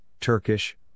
Turkish